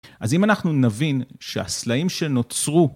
אז אם אנחנו נבין שהסלעים שנוצרו...